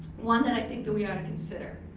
one that i think that we ought to consider.